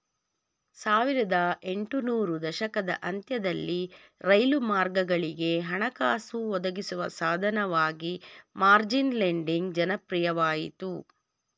ಸಾವಿರದ ಎಂಟು ನೂರು ದಶಕದ ಅಂತ್ಯದಲ್ಲಿ ರೈಲು ಮಾರ್ಗಗಳಿಗೆ ಹಣಕಾಸು ಒದಗಿಸುವ ಸಾಧನವಾಗಿ ಮಾರ್ಜಿನ್ ಲೆಂಡಿಂಗ್ ಜನಪ್ರಿಯವಾಯಿತು